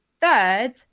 third